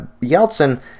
Yeltsin